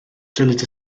dylid